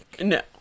No